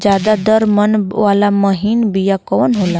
ज्यादा दर मन वाला महीन बिया कवन होला?